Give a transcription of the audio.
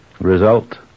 Result